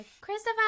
Christopher